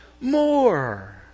more